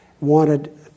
wanted